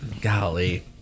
golly